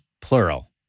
plural